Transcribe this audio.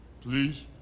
Please